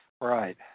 Right